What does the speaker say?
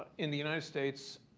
in the united states